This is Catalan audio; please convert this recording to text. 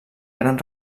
gran